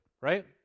right